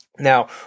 Now